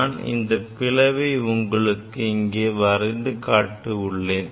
நான் இந்தப் பிளவை உங்களுக்கு இங்கே வரைந்து காட்டியுள்ளேன்